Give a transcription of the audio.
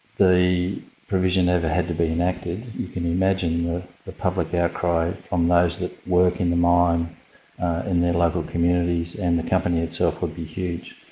the provision ever had to be enacted, you can imagine the public outcry from those that work in the mine in the local communities and the company itself would be huge.